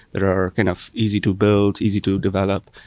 that are kind of easy to build, easy to develop.